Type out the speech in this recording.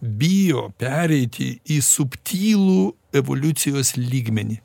bijo pereiti į subtilų evoliucijos lygmenį